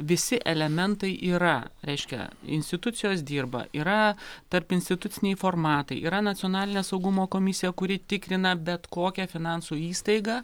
visi elementai yra reiškia institucijos dirba yra tarpinstituciniai formatai yra nacionalinio saugumo komisija kuri tikrina bet kokią finansų įstaigą